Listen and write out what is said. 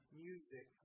music